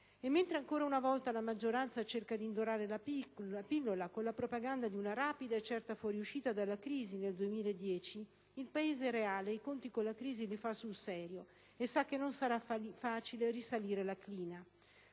E mentre ancora una volta la maggioranza cerca di indorare la pillola con la propaganda di una rapida e certa fuoriuscita dalla crisi nel 2010, il Paese reale i conti con la crisi li fa sul serio e sa che non sarà facile risalire la china.